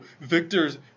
Victor's